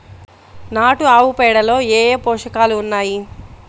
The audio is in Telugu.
నాటు ఆవుపేడలో ఏ ఏ పోషకాలు ఉన్నాయి?